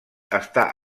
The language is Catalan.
està